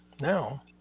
now